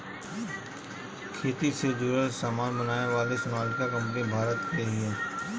खेती से जुड़ल सामान बनावे वाली सोनालिका कंपनी भारत के हिय